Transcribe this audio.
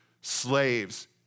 slaves